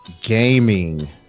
gaming